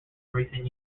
recent